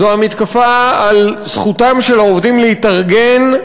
זו המתקפה על זכותם של העובדים להתארגן,